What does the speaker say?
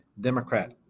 Democrat